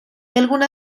algunas